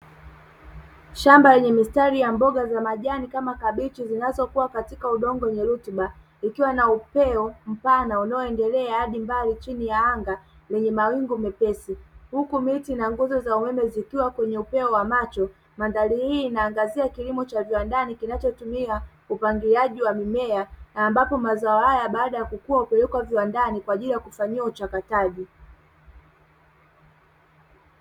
Shamba lenye mistari ya mboga za majani kama kabichi zinazokua katika udongo wenye rutuba, ukiwa na upeo mpana unaoendelea hadi mbali chini ya anga lenye mawingu mepesi. Huku miti na nguzo za umeme zikiwa kwenye upeo wa macho, mandhari hii inaangazia kilimo cha viwandani kinachotumia upandaji wa mimea ambapo mazao haya baada ya kukua hupelekwa viwandani kwa ajili ya usambazaji na uchakataji.